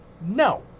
No